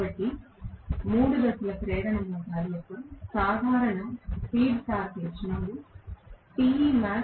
కాబట్టి ఇది 3 దశల ప్రేరణ మోటారు యొక్క సాధారణ స్పీడ్ టార్క్ లక్షణాలు